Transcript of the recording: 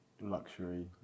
luxury